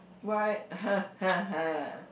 why